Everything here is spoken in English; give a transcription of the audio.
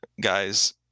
guys